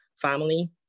family